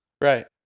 Right